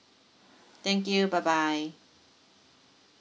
thank you bye bye